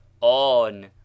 on